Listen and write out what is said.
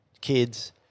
kids